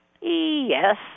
Yes